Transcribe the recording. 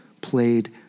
played